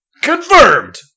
Confirmed